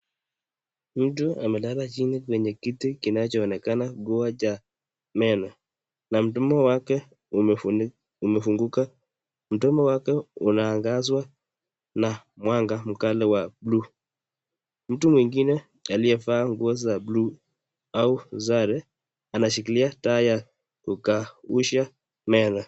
Mtu amelala chini kwenye kiti kinachoonekana kuwa cha meno na mdomo wake umefunguka , mdomo wake unaangazwa na mwanga mkali wa bluu ,mtu mwingine aliyevaa nguo za bluu au sare anashikilia taa ya kukausha meno.